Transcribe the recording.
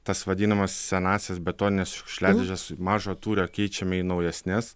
tas vadinamas senąsias betonines šiukšliadėžes mažo tūrio keičiame į naujesnes